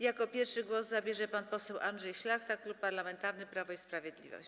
Jako pierwszy głos zabierze pan poseł Andrzej Szlachta, Klub Parlamentarny Prawo i Sprawiedliwość.